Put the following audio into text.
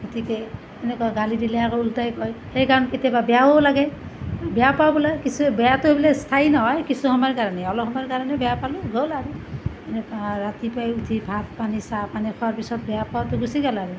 গতিকে সেনেকুৱা গালি দিলে আকৌ ওলোটাই কয় সেই কাৰণে কেতিয়াবা বেয়াও লাগে বেয়া পাবলৈ কিছু বেয়াটোৱে বোলে স্থায়ী নহয় কিছু সময়ৰ কাৰণে অলপ সময়ৰ কাৰণে বেয়া পালোঁ গ'ল আৰু সেনেকুৱা ৰাতিপুৱাই উঠি ভাত পানী চাহ পানী খোৱাৰ পিছত বেয়া পোৱাটো গুচি গ'ল আৰু